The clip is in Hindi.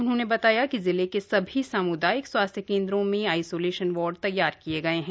उन्होंने बताया कि जिले के सभी सामुदायिक स्वास्थ्य केन्द्रों में आईसोलेशन वार्ड तैयार किये गये हैं